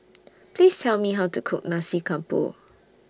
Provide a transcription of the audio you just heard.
Please Tell Me How to Cook Nasi Campur